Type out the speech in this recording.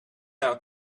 out